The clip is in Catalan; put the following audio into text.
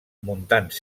montans